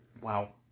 Wow